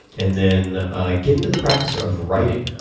and then ah get into the practice of writing.